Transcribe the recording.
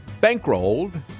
bankrolled